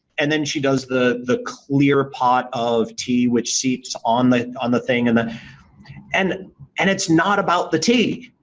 and then she does the the clear pot of tea which seeps on the on the thing and and and it's not about the tea.